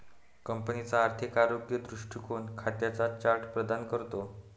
कंपनीचा आर्थिक आरोग्य दृष्टीकोन खात्यांचा चार्ट प्रदान करतो